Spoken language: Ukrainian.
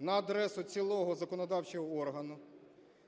на адресу цілого законодавчого органу,